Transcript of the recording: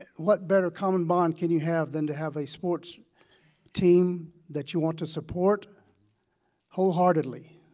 what better common bond can you have than to have a sports team that you want to support wholeheartedly?